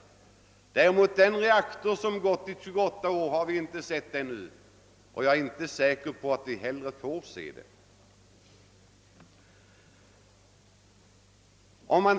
Men vi har ännu inte sett de: reaktor som gått i 28 år — och jag är inte säker på att vi får se den heller.